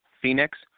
Phoenix